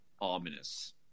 ominous